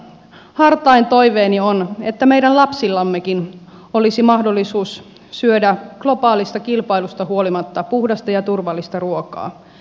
hartain toiveeni on että meidän lapsillammekin olisi mahdollisuus syödä globaalista kilpailusta huolimatta puhdasta ja turvallista ruokaa